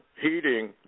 heating